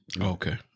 Okay